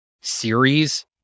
series